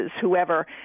whoever